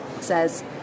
says